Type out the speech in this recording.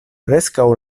preskaŭ